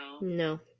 No